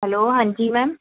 hello ہاں جی میم